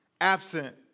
absent